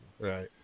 Right